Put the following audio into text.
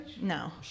No